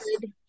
good